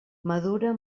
madura